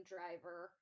Driver